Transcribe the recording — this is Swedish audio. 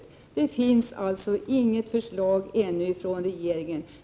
Det finns alltså ännu inte något förslag från regeringen.